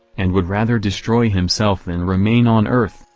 and would rather destroy himself than remain on earth,